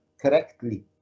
correctly